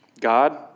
God